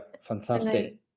fantastic